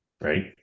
Right